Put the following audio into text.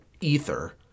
ether